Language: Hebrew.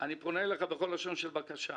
בכל לשון של בקשה.